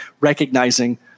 recognizing